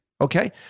Okay